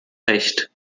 recht